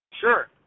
Sure